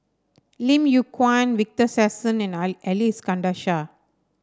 Lim Yew Kuan Victor Sassoon and Ai Ali Iskandar Shah